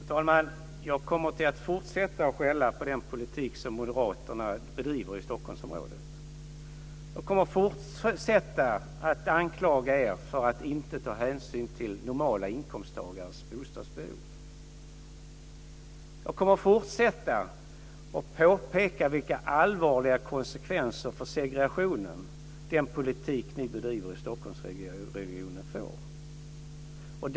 Fru talman! Jag kommer att fortsätta att skälla på den politik som moderaterna bedriver i Stockholmsområdet. Jag kommer att fortsätta att anklaga er för att inte ta hänsyn till normala inkomsttagares bostadsbehov. Jag kommer att fortsätta att påpeka vilka allvarliga konsekvenser för segregationen den politik ni bedriver i Stockholmsregionen får.